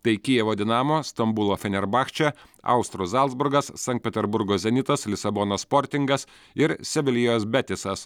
tai kijevo dinamo stambulo fenerbachče austrų zalcburgas sankt peterburgo zenitas lisabonos sportingas ir sevilijos betisas